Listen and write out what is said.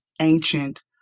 ancient